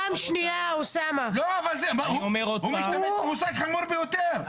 הוא משתמש במושג חמור ביותר,